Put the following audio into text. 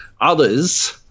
others